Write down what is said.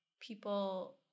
people